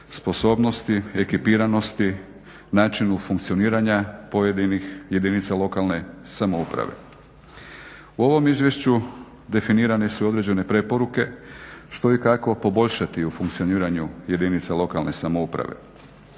sposobnosti, ekiparnosti, načinu funkcioniranja pojedinih jedinica lokalne samouprave. U ovom izvješću definirane su određene preporuke što i kako poboljšati u funkcioniranju jedinica lokalne samouprave,